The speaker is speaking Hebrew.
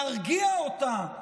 להרגיע אותה,